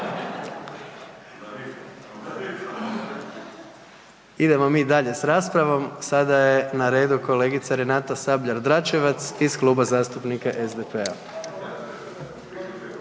Idemo mi dalje s raspravom. Sada je na redu kolegica Renata Sabljar Dračevac iz Kluba zastupnika SDP-a.